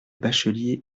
bachelier